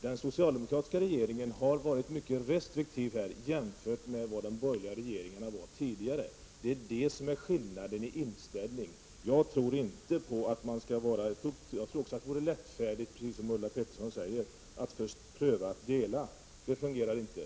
Den socialdemokratiska regeringen har här varit mycket restriktiv jämfört med vad de borgerliga regeringarna tidigare var, och det beror på skillnaden i inställning. Precis som Ulla Pettersson säger tror också jag att det vore lättfärdigt att först pröva att dela — det fungerar inte.